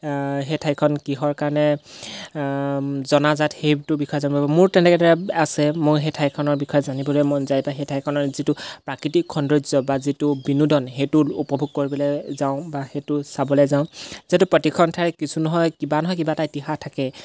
সেই ঠাইখন কিহৰ কাৰণে জনাজাত সেইটোৰ বিষয়ে জানিব মোৰ তেনেকৈ এটা আছে মই সেই ঠাইখনৰ বিষয়ে জানিবলৈ মন যায় বা সেই ঠাইখনৰ যিটো প্ৰাকৃতিক সৌন্দৰ্য বা যিটো বিনোদন সেইটো উপভোগ কৰিবলৈ যাওঁ বা সেইটো চাবলৈ যাওঁ যিহেতু প্ৰতিখন ঠাই কিছু নহয় কিবা নহয় কিবা এটা ইতিহাস থাকে